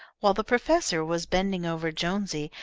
while the professor was bending over jonesy,